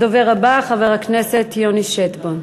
הדובר הבא חבר הכנסת יוני שטבון.